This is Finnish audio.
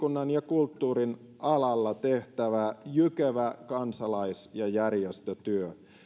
kulttuurin alalla tehtävä jykevä kansalais ja järjestötyö